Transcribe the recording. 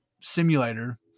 simulator –